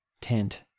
tent